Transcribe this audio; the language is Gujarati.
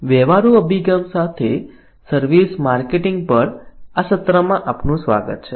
વ્યવહારુ અભિગમ સાથે સર્વિસ માર્કેટિંગ પર આ સત્રમાં આપનું સ્વાગત છે